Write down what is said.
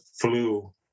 flu